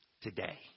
today